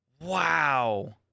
Wow